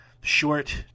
short